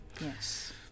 Yes